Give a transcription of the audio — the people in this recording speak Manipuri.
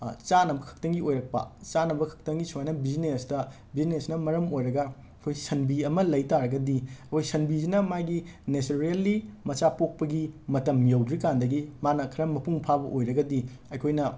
ꯆꯥꯅꯕꯈꯛꯇꯪꯒꯤ ꯑꯣꯏꯔꯛꯄ ꯆꯥꯅꯕꯈꯛꯇꯪꯒꯤ ꯁꯨꯃꯥꯏꯅ ꯕꯤꯖꯤꯅꯦꯁꯇ ꯕꯤꯖꯤꯅꯦꯁꯅ ꯃꯔꯝ ꯑꯣꯏꯔꯒ ꯑꯩꯈꯣꯏ ꯁꯟꯕꯤ ꯑꯃ ꯂꯩ ꯇꯥꯔꯒꯗꯤ ꯑꯩꯈꯣꯏ ꯁꯟꯕꯤꯁꯤꯅ ꯃꯥꯒꯤ ꯅꯦꯆꯔꯦꯜꯂꯤ ꯃꯆꯥ ꯄꯣꯛꯄꯒꯤ ꯃꯇꯝ ꯌꯧꯗ꯭ꯔꯤꯀꯥꯟꯗꯒꯤ ꯃꯥꯅ ꯈꯔ ꯃꯄꯨꯡ ꯐꯥꯕ ꯑꯣꯏꯔꯒꯗꯤ ꯑꯩꯈꯣꯏꯅ